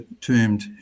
termed